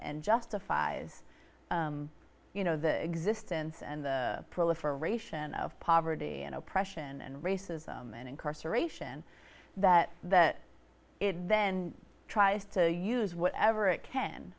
nd justifies you know the existence and the proliferation of poverty and oppression and racism and incarceration that that it then tries to use whatever it can